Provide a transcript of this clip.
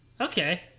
Okay